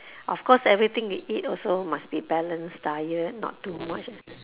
of course everything you eat also must be balanced diet not too much